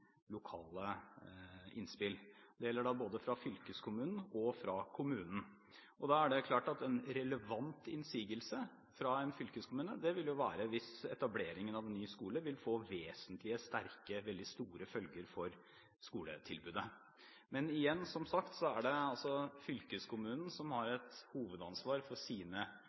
lokale innspill, både fra fylkeskommunen og fra kommunen. En relevant innsigelse fra en fylkeskommune ville være hvis etableringen av en ny skole ville få veldig store følger for skoletilbudet. Igjen: Som sagt er det fylkeskommunen som har et hovedansvar for sine